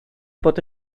bod